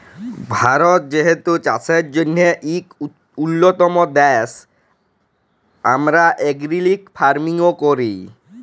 ভারত যেহেতু চাষের জ্যনহে ইক উল্যতম দ্যাশ, আমরা অর্গ্যালিক ফার্মিংও ক্যরি